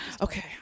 okay